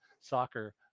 soccer